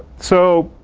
so